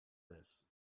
this